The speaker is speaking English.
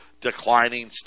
declining